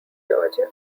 georgia